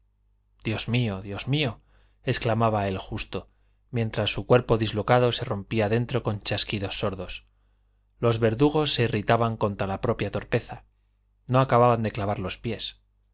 dios mío dios mío exclamaba el justo mientras su cuerpo dislocado se rompía dentro con chasquidos sordos los verdugos se irritaban contra la propia torpeza no acababan de clavar los pies